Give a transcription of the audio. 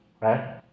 right